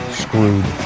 screwed